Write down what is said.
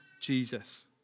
Jesus